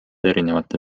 erinevate